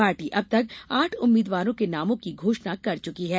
party अब तक आठ उम्मीदवारों के नामों की घोषणा कर चुकी है